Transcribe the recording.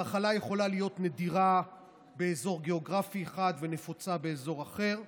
המחלה יכולה להיות נדירה באזור גיאוגרפי אחד ונפוצה באזור אחר,